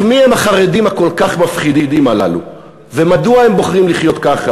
אך מי הם החרדים הכל-כך מפחידים הללו ומדוע הם בוחרים לחיות ככה?